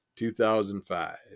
2005